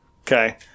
Okay